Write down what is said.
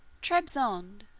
trebizond,